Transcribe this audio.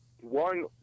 One